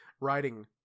writing